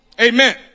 Amen